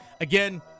Again